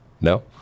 No